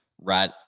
right